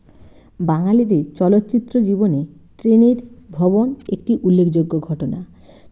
বাঙালিদের চলচ্চিত্র জীবনে ট্রেনের ভ্রমণ একটি উল্লেখযোগ্য ঘটনা